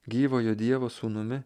gyvojo dievo sūnumi